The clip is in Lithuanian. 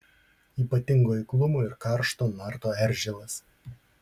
ypatingo eiklumo ir karšto narto eržilas